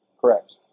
Correct